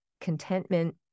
contentment